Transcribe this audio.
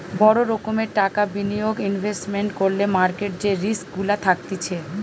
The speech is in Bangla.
বড় রোকোমের টাকা বিনিয়োগ ইনভেস্টমেন্ট করলে মার্কেট যে রিস্ক গুলা থাকতিছে